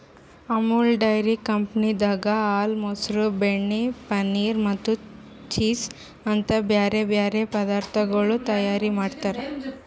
Amul dairy ಕಂಪನಿದಾಗ್ ಹಾಲ, ಮೊಸರ, ಬೆಣ್ಣೆ, ಪನೀರ್ ಮತ್ತ ಚೀಸ್ ಅಂತ್ ಬ್ಯಾರೆ ಬ್ಯಾರೆ ಪದಾರ್ಥಗೊಳ್ ತೈಯಾರ್ ಮಾಡ್ತಾರ್